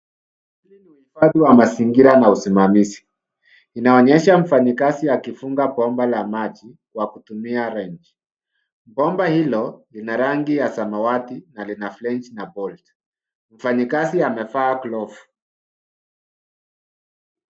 Watu wa mazingira na usimamizi. Inaonyesha mfanyikazi akifunga bomba la maji kwa kutumia wretch bomba hilo lina rangi ya samawati na lina fletch na bolt . Mfanyikazi amevaa glove .